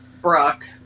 Brooke